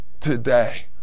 today